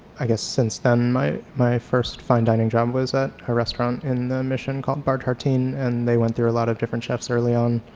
i guess since then my my first fine dining job was at a restaurant in the mission called bar tartine. and they went through a lot of different chefs early on,